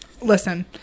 listen